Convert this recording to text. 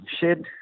shed